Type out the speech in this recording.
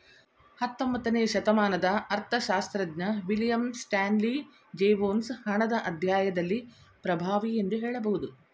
ಹತ್ತೊಂಬತ್ತನೇ ಶತಮಾನದ ಅರ್ಥಶಾಸ್ತ್ರಜ್ಞ ವಿಲಿಯಂ ಸ್ಟಾನ್ಲಿ ಜೇವೊನ್ಸ್ ಹಣದ ಅಧ್ಯಾಯದಲ್ಲಿ ಪ್ರಭಾವಿ ಎಂದು ಹೇಳಬಹುದು